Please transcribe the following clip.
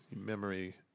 memory